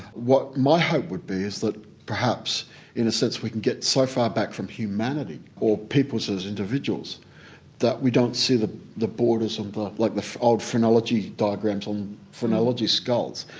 what my hope would be is that perhaps in a sense we can get so far back from humanity or people as individuals that we don't see the the borders. but like the old phrenology diagrams on phrenology skulls.